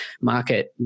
market